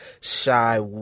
Shy